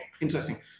interesting